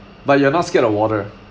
but you are not scared of water